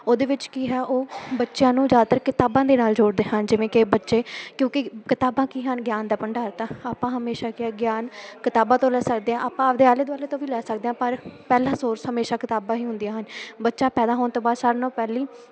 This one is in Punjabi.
ਉਹਦੇ ਵਿੱਚ ਕੀ ਹੈ ਉਹ ਬੱਚਿਆਂ ਨੂੰ ਜ਼ਿਆਦਾਤਰ ਕਿਤਾਬਾਂ ਦੇ ਨਾਲ ਜੋੜਦੇ ਹਨ ਜਿਵੇਂ ਕਿ ਬੱਚੇ ਕਿਉਂਕਿ ਕਿਤਾਬਾਂ ਕੀ ਹਨ ਗਿਆਨ ਦਾ ਭੰਡਾਰ ਤਾਂ ਆਪਾਂ ਹਮੇਸ਼ਾ ਕੀ ਆ ਗਿਆਨ ਕਿਤਾਬਾਂ ਤੋਂ ਲੈ ਸਕਦੇ ਹਾਂ ਆਪਾਂ ਆਪਦੇ ਆਲੇ ਦੁਆਲੇ ਤੋਂ ਵੀ ਲੈ ਸਕਦੇ ਹਾਂ ਪਰ ਪਹਿਲਾ ਸੋਰਸ ਹਮੇਸ਼ਾ ਕਿਤਾਬਾਂ ਹੀ ਹੁੰਦੀਆਂ ਹਨ ਬੱਚਾ ਪੈਦਾ ਹੋਣ ਤੋਂ ਬਾਅਦ ਸਾਰਿਆਂ ਨਾਲੋਂ ਪਹਿਲੀ